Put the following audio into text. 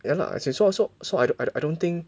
ya lah so so so so I I don't think